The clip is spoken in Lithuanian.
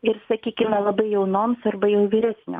ir sakykime labai jaunoms arba jau vyresnio